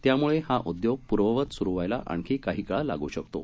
त्यामुळे हा उद्योग पूर्ववत सुरु व्हायला आणखी काही काळ लागू शकतो